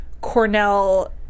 Cornell